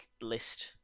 list